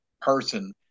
person